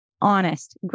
honest